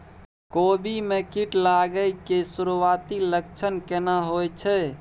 कोबी में कीट लागय के सुरूआती लक्षण केना होय छै